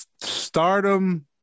stardom